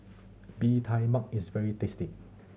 Bee Tai Mak is very tasty